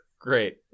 Great